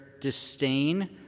disdain